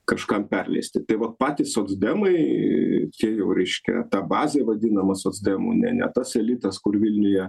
kažkam perleisti tai vat patys socdemai tie jau reiškia ta bazė vadinama socdemų ne ne tas elitas kur vilniuje